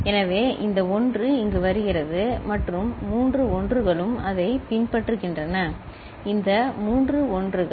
எனவே இந்த 1 இங்கு வருகிறது மற்றும் மூன்று 1 களும் அதைப் பின்பற்றுகின்றன இந்த மூன்று 1 கள்